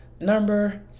Number